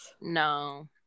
No